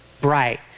bright